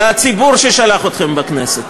לציבור ששלח אתכם לכנסת.